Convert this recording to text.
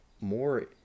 more